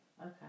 Okay